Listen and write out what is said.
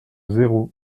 zéro